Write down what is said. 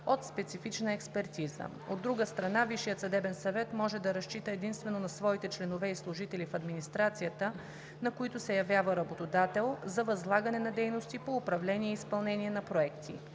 от специфична експертиза. От друга страна, Висшият съдебен съвет може да разчита единствено на своите членове и служители в администрацията, на които се явява работодател, за възлагане на дейности по управление и изпълнение на проекти.